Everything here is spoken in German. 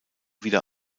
wieder